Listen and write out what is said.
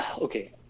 okay